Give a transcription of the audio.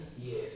Yes